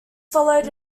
followed